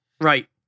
Right